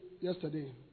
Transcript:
yesterday